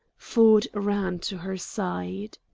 ford ran to her side.